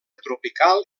tropical